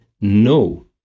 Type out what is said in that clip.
no